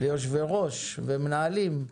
ליושבי-ראש ומנהלים,